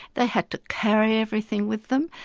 they had to carry everything with them,